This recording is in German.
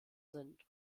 sind